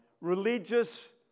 religious